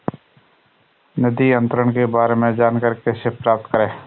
निधि अंतरण के बारे में जानकारी कैसे प्राप्त करें?